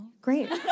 Great